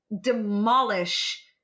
demolish